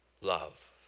love